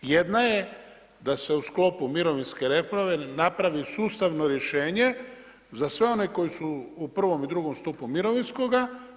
Jedna je da se u sklopu mirovinske reforme napravi sustavno rješenje za sve one koji su u prvom i drugom stupu mirovinskoga.